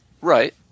Right